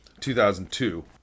2002